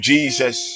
Jesus